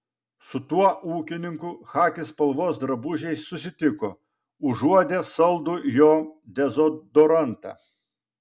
su tuo ūkininku chaki spalvos drabužiais susitiko užuodė saldų jo dezodorantą